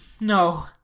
No